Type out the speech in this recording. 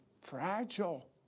fragile